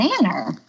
manner